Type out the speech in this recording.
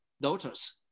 daughters